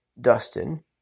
Dustin